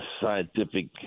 scientific